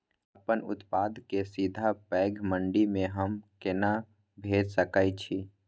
अपन उत्पाद के सीधा पैघ मंडी में हम केना भेज सकै छी?